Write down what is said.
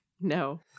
No